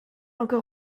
encore